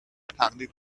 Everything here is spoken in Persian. تقلید